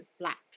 black